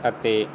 ਅਤੇ